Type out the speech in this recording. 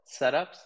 setups